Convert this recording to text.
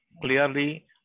clearly